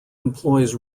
employs